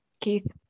Keith